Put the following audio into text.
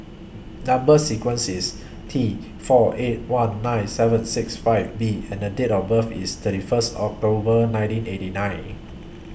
Number sequence IS T four eight one nine seven six five B and Date of birth IS thirty First October nineteen eighty nine